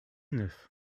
neuf